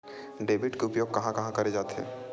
Debit के उपयोग कहां कहा करे जाथे?